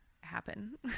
happen